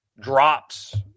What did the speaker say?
drops